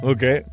Okay